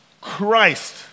Christ